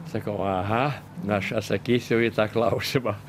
sakau aha na aš atsakysiu į tą klausimą